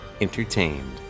entertained